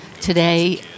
Today